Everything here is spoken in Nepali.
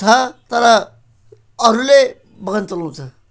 छ तर अरूले बगान चलाउँछ